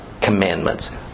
commandments